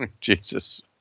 Jesus